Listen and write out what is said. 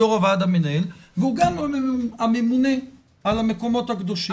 יושב-ראש הוועדה המנהל והוא גם הממונה על המקומות הקדושים.